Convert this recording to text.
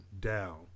down